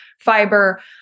fiber